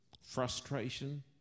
frustration